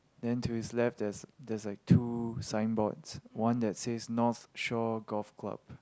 then to his left there's there's like two signboards one that says North Shore Golf Club